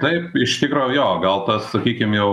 taip iš tikro jo gal tas sakykim jau